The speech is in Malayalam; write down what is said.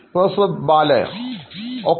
പ്രൊഫസർ ബാലok